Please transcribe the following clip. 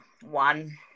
One